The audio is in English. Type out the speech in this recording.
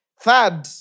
Third